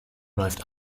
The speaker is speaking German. läuft